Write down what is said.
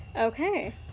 okay